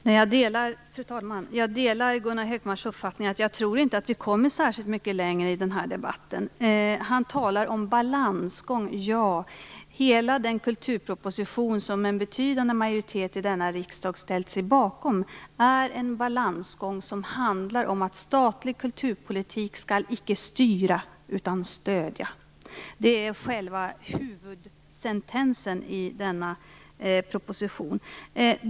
Fru talman! Jag delar Gunnar Hökmarks uppfattning. Jag tror inte att vi kommer särskilt mycket längre i denna debatt. Han talar om balansgång. Hela den kulturproposition som en betydande majoritet i denna riksdag har ställt sig bakom är en balansgång som handlar om att statlig kulturpolitik icke skall styra utan stödja. Det är själva huvudsentensen i denna proposition.